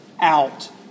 out